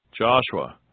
Joshua